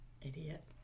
Idiot